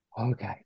okay